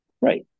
Right